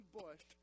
bush